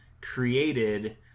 created